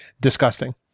disgusting